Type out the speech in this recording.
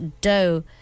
dough